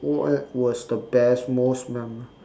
what was the best most memora~